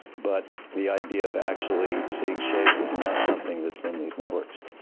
but the idea of actually seeing shape is not something that's in these networks.